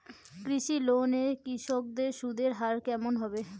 কৃষি লোন এ কৃষকদের সুদের হার কেমন হবে?